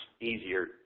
easier